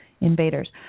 Invaders